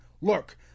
look